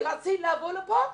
והיא רוצה לבוא לפה,